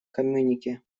коммюнике